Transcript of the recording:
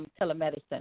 telemedicine